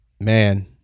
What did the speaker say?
man